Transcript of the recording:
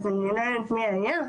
אז אני לא יודעת מי היה,